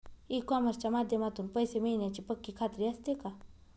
E कॉमर्सच्या माध्यमातून पैसे मिळण्याची पक्की खात्री असते का?